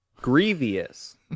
Grievous